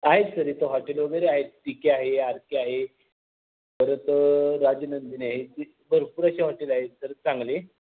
आहेत सर इथं हॉटेल वगैरे आहेत पी के आहे आर के आहे परत राजनंदिनी आहे भरपूर अशी हॉटेल आहेत सर चांगली